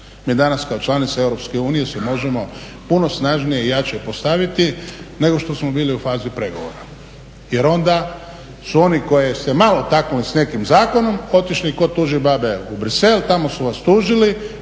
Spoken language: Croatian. Mi danas kao članica EU se možemo puno snažnije i jače postaviti nego što smo bili u fazi pregovora jer onda su oni koji ste malo taknuli s nekim zakonom otišli kod tužibabe u Bruxelles, tamo su vas tužili,